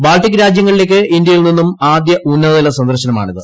Baltic രാജ്യങ്ങളിലേക്ക് ഇന്ത്യയിൽ നിന്നും ആദ്യ ഉന്നതതല സന്ദർശനമാണിത്